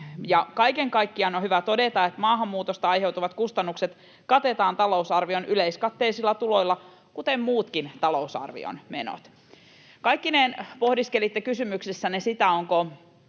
kaiken kaikkiaan on hyvä todeta, että maahanmuutosta aiheutuvat kustannukset katetaan talousarvion yleiskatteisilla tuloilla, kuten muutkin talousarvion menot. Kaikkineen pohdiskelitte kysymyksessänne sitä, onko